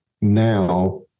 Now